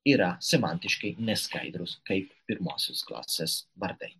yra semantiškai neskaidrūs kaip pirmosios klasės vardai